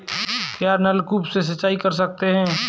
क्या नलकूप से सिंचाई कर सकते हैं?